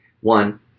One